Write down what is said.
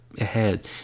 ahead